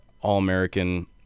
all-american